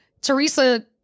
Teresa